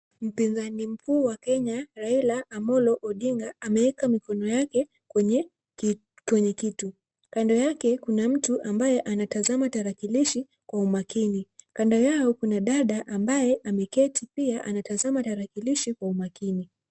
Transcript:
Mpinzani mkuu wa Kenya Raila Amolo Odinga ameweka mikono yake kwenye kitu. Kando yake kuna mtu ambaye anatazama tarakilishi kwa umakini. Kando yao kuna dada ambaye ameketi pia anatazama tarakilishi kwa umakini.